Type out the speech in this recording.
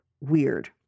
weird